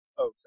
Okay